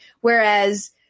whereas